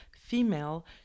female